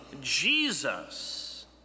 Jesus